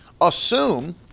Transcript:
Assume